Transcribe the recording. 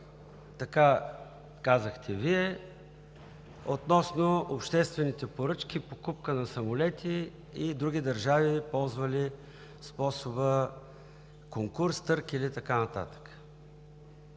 така казахте Вие – относно обществените поръчки, покупка на самолети и други държави, ползвали способа конкурс, търг и така нататък.